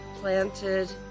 planted